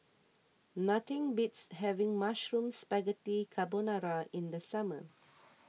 nothing beats having Mushroom Spaghetti Carbonara in the summer